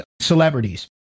celebrities